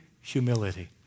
humility